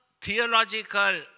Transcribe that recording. theological